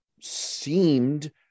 seemed